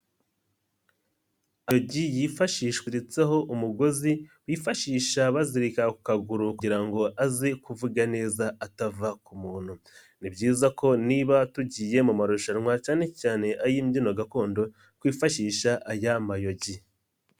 Amayogi yifashishwa biziretseho umugozi bifashisha bazirika ku kaguru kugira ngo aze kuvuga neza atava ku muntu ni byiza ko niba tugiye mu marushanwa cyane cyane ay'imbyino gakondo twifashisha aya mayogi.